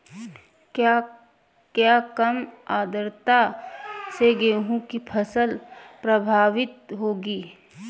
क्या कम आर्द्रता से गेहूँ की फसल प्रभावित होगी?